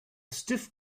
stiff